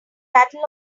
battle